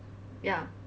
ya